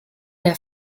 der